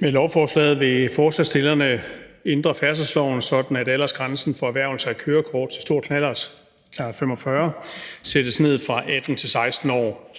Med lovforslaget vil forslagsstillerne ændre færdselsloven, sådan at aldersgrænsen for erhvervelse af kørekort til stor knallert, knallert 45, sættes ned fra 18 til 16 år.